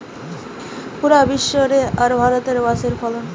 পুরা বিশ্ব রে আর ভারতে বাঁশের ফলন